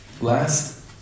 Last